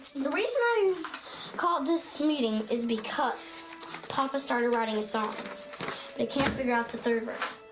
the reason i called this meeting is because papa started writing a song but can't figure out the third verse.